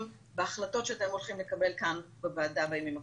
בהחלטות שאתם הולכים לקבל כאן בוועדה בימים הקרובים.